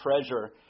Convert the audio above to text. treasure